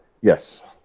Yes